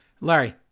Larry